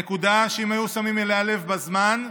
הנקודה שאם היו שמים אליה לב בזמן,